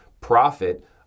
Profit